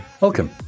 welcome